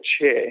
chair